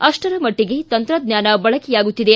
ಅಪ್ಲರ ಮಟ್ಟಿಗೆ ತಂತ್ರಜ್ಞಾನ ಬಳಕೆಯಾಗುತ್ತಿದೆ